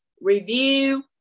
review